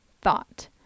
thought